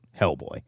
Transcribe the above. hellboy